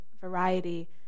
variety